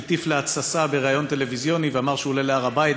שהטיף להתססה בריאיון טלוויזיוני ואמר שהוא עולה להר-הבית,